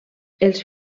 els